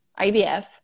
IVF